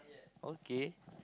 okay